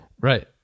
right